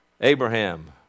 Abraham